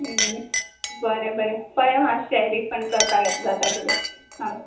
बरें बरें पळय मातशें रिफंड करपाक येता जाता किदें सांग